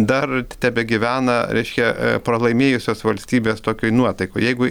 dar tebegyvena reiškia pralaimėjusios valstybės tokioj nuotaikoj jeigu